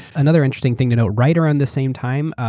another interesting thing. you know right around the same time,